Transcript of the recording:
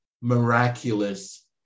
miraculous